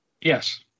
Yes